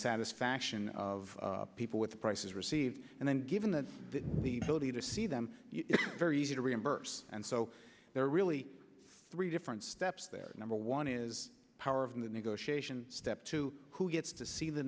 satisfaction of people with the prices received and then given that the ability to see them very easy to reimburse and so there are really three different steps there number one is power of the negotiation step two who gets to see the